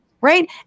right